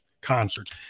concerts